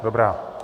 Dobrá.